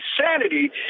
sanity